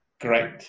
great